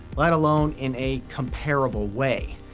let alone in a comparable way.